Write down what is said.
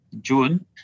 June